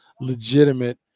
legitimate